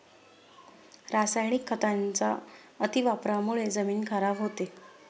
रासायनिक खतांच्या अतिवापरामुळे जमीन खराब होते